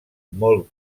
molt